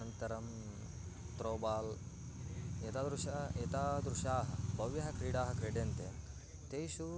अनन्तरं throw ball एतादृशाः एतादृशाः बह्व्यः क्रीडाः क्रीड्यन्ते तासु